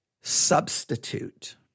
substitute